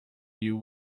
you